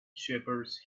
shepherds